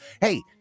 Hey